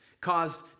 caused